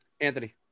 Anthony